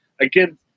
Again